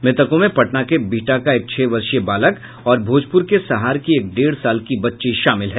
मृतकों में पटना के बिहटा का एक छह वर्षीय बालक और भोजपुर के सहार की एक डेढ़ साल की बच्ची शामिल है